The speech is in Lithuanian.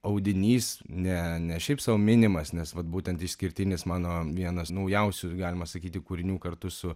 audinys ne ne šiaip sau minimas nes vat būtent išskirtinis mano vienas naujausių ir galima sakyti kūrinių kartu su